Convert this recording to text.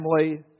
family